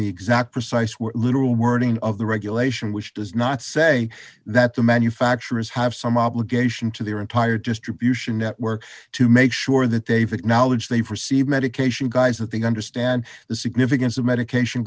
the exact precise literal wording of the regulation which does not say that the manufacturers have some obligation to their entire distribution network to make sure that they've acknowledged they've received medication guise that they understand the significance of medication